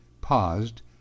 paused